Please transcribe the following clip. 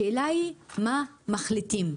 השאלה היא מה מחליטים?